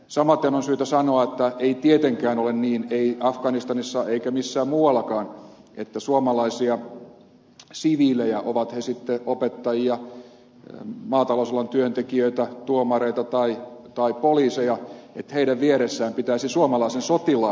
samaten on syytä sanoa että ei tietenkään ole niin ei afganistanissa eikä missään muuallakaan että suomalaisten siviilien vieressä ovat he sitten opettajia maatalousalan työntekijöitä tuomareita tai poliiseja pitäisi suomalaisen sotilaan kulkea